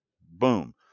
Boom